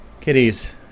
Kitties